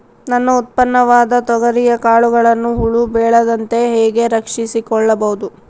ನನ್ನ ಉತ್ಪನ್ನವಾದ ತೊಗರಿಯ ಕಾಳುಗಳನ್ನು ಹುಳ ಬೇಳದಂತೆ ಹೇಗೆ ರಕ್ಷಿಸಿಕೊಳ್ಳಬಹುದು?